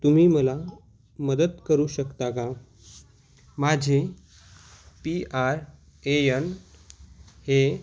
तुम्ही मला मदत करू शकता का माझे पी आर ए यन हे